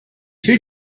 two